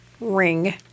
Ring